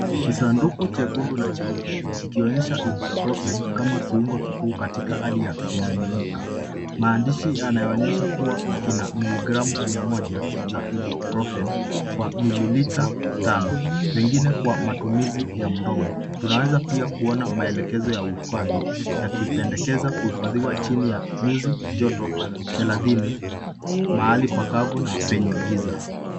Kisanduku chekundu na cheupe kikionyesha ibuprufen kama kiungo kikuu katika hali ya kimiminika. Maandishi yanaonyesha kuwa kina miligramu mia moja za ibuprufen kwa mililita tano pengine kwa matumizi ya mdomo. Tunaweza pia kuona maelekezo ya uhifadhi yakipendekeza kuhifadhiwa chini ya nyuzi joto thelathini mahali pakavu na penye giza.